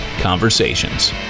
Conversations